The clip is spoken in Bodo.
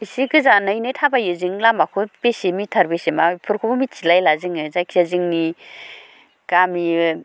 एसे गोजानैनो थाबायो जों लामाफोर बेसे मिटार बेसे मा बेफोरखौबो मिथिलायला जोङो जायखिया जोंनि गामि